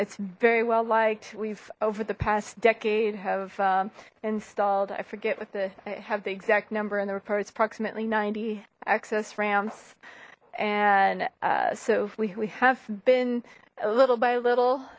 it's very well liked we've over the past decade have installed i forget what the have the exact number in the report approximately ninety access ramps and so if we have been a little by little